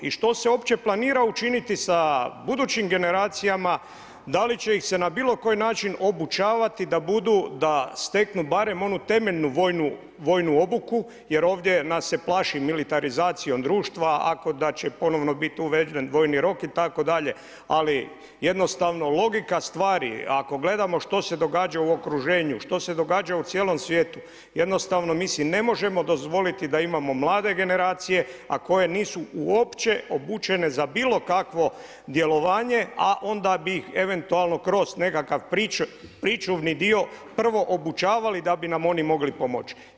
I što se uopće planira sa budućim generacijama, da li će ih se na bilokoji način obučavati da steknu barem onu temeljnu vojnu obuku jer ovdje nas se plaći militarizacijom društva da će ponovno uveden vojni rok itd., ali jednostavno logika stvari ako gledamo štose događa u okruženju, što se događa u cijelom svijetu, jednostavno mi si ne možemo dozvoliti da imamo mlade generacije a koje nisu uopće obučene za bilokakvo djelovanje a onda bi eventualno kroz nekakav pričuvni dio prvo obučavali da bi nam oni mogli pomoći.